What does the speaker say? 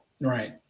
Right